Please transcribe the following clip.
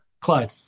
Clyde